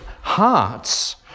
hearts